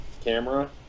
camera